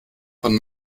von